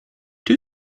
two